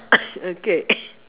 okay